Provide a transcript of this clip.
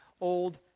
old